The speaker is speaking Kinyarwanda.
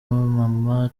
mama